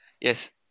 Yes